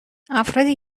افرادی